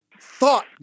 thought